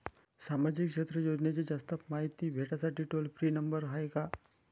सामाजिक क्षेत्र योजनेची जास्त मायती भेटासाठी टोल फ्री नंबर हाय का?